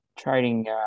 trading